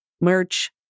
merch